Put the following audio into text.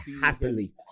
happily